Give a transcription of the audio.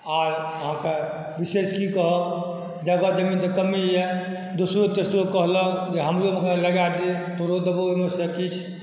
आओर अहाँके विशेष कि कहब जगह जमीनके कमी अइ दोसरो तेसरो कहलक जे हमरोमे लगा दे तोहरो देबौ ओहिमेसँ किछु